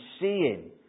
seeing